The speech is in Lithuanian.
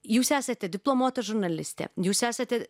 jūs esate diplomuota žurnalistė jūs esate